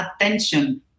attention